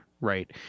right